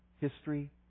history